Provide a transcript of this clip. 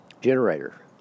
generator